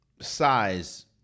size